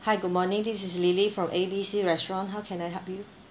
hi good morning this is lily from A B C restaurant how can I help you